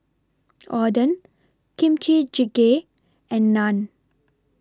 Oden Kimchi Jjigae and Naan